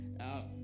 out